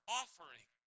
offering